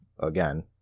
again